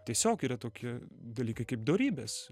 tiesiog yra tokie dalykai kaip dorybės